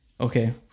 okay